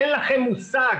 אין לכם מושג.